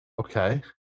Okay